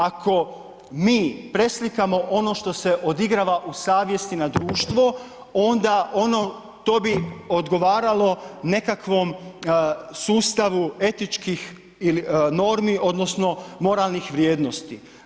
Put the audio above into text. Ako mi preslikamo ono što se odigrava u savjesti na društvo, onda ono, to bi odgovaralo nekakvom sustavu etičkih normi, odnosno moralnih vrijednosti.